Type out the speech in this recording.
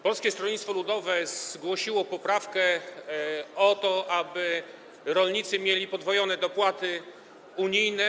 Polskie Stronnictwo Ludowe zgłosiło poprawkę, aby polscy rolnicy mieli podwojone dopłaty unijne.